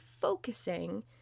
focusing